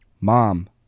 Mom